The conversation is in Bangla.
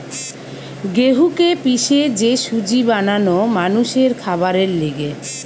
গেহুকে পিষে যে সুজি বানানো মানুষের খাবারের লিগে